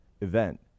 event